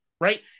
right